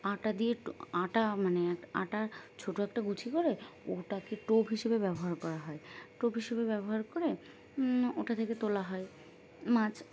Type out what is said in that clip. আটা দিয়ে আটা মানে একটা আটার ছোটো একটা গুছি করে ওটাকে টোপ হিসেবে ব্যবহার করা হয় টোপ হিসেবে ব্যবহার করে ওটা থেকে তোলা হয় মাছ